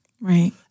Right